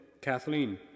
Kathleen